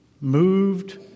moved